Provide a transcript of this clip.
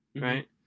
right